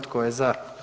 Tko je za?